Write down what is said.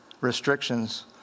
restrictions